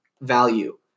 value